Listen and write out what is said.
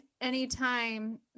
anytime